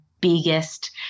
biggest